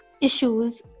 issues